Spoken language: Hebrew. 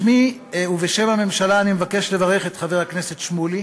בשמי ובשם הממשלה אני מבקש לברך את חבר הכנסת שמולי